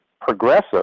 progressive